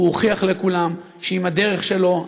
הוא הוכיח לכולם שעם הדרך שלו,